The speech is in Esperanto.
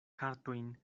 kartojn